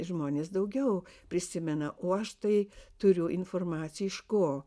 žmonės daugiau prisimena o aš tai turiu informaciją iš ko